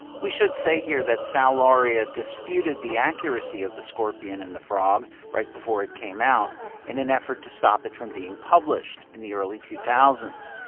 we should say here that sal lauria disputed the accuracy of the scorpion and the frog right before it came out in an effort to stop it from being published in the early two thousand